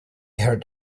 heard